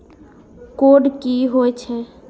Code की होय छै?